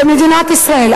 במדינת ישראל.